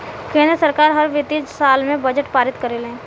केंद्र सरकार हर वित्तीय साल में बजट पारित करेले